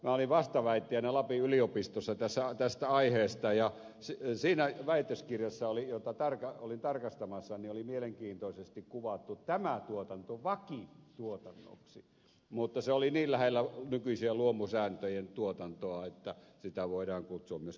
minä olin vastaväittäjänä lapin yliopistossa tästä aiheesta ja siinä väitöskirjassa jota olin tarkastamassa oli mielenkiintoisesti kuvattu tämä tuotanto vakituotannoksi mutta se oli niin lähellä nykyisten luomusääntöjen mukaista tuotantoa että sitä voidaan kutsua myöskin luomutuotannoksi